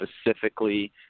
specifically